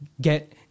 get